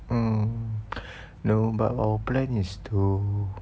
um no but our plan is to